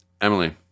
Emily